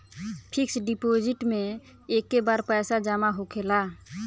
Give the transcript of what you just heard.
fix deposit मे एके बार पैसा जामा होखेला